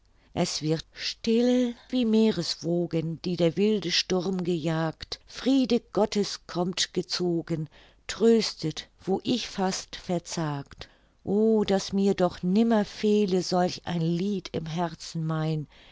es wird still wie meereswogen die der wilde sturm gejagt friede gottes kommt gezogen tröstet wo ich fast verzagt o daß mir doch nimmer fehle solch ein lied im herzen mein